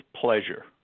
pleasure